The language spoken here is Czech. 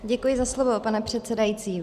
Děkuji za slovo, pane předsedající.